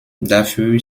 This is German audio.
dafür